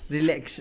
Relax